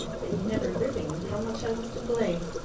but you never really knew how much i was to blame.